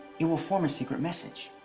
it will form a secret message.